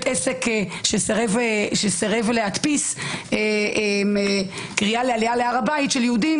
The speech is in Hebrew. עסק שסירב להדפיס קריאה לעלייה להר הבית של יהודים,